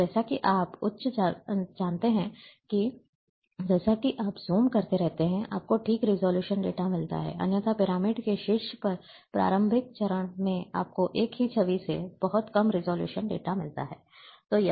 और जैसा कि आप उच्च जाते हैं जैसा कि आप ज़ूम करते रहते हैं आपको ठीक रिज़ॉल्यूशन डेटा मिलता है अन्यथा पिरामिड के शीर्ष पर प्रारंभिक चरण में आपको एक ही छवि से बहुत कम रिज़ॉल्यूशन डेटा मिलता है